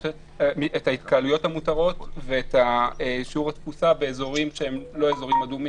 ההתקהלויות המותרות ואת שיעור התפוסה באזורים שהם לא אזורים אדומים.